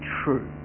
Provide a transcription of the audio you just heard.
true